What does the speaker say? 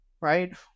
right